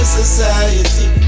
society